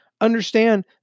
understand